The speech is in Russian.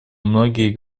многие